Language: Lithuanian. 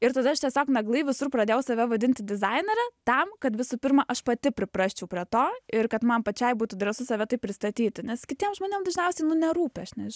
ir tada aš tiesiog naglai visur pradėjau save vadinti dizainere tam kad visų pirma aš pati priprasčiau prie to ir kad man pačiai būtų drąsu save taip pristatyti nes kitiem žmonėm dažniausiai nu nerūpi aš neži